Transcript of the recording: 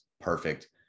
perfect